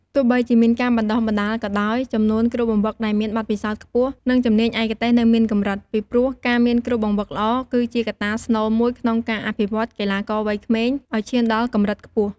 ទោះបីជាមានការបណ្តុះបណ្តាលក៏ដោយ ចំនួនគ្រូបង្វឹកដែលមានបទពិសោធន៍ខ្ពស់ និងជំនាញឯកទេសនៅមានកម្រិត ពីព្រោះការមានគ្រូបង្វឹកល្អគឺជាកត្តាស្នូលមួយក្នុងការអភិវឌ្ឍន៍កីឡាករវ័យក្មេងឱ្យឈានដល់កម្រិតខ្ពស់។